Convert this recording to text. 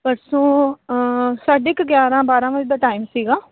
ਪਰਸੋਂ ਸਾਢੇ ਕੁ ਗਿਆਰਾਂ ਬਾਰ੍ਹਾਂ ਵਜੇ ਦਾ ਟਾਈਮ ਸੀਗਾ